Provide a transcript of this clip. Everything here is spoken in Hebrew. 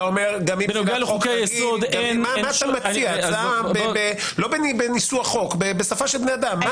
תגיד מה אתה מציע ולא בניסוח החוק אלא בשפה של בני אדם.